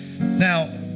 Now